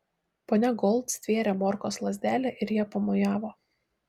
ponia gold stvėrė morkos lazdelę ir ja pamojavo